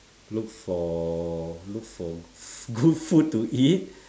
look for look for good food to eat